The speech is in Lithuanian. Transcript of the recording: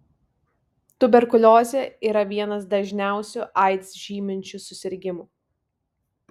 tuberkuliozė yra vienas dažniausių aids žyminčių susirgimų